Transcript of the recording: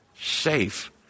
safe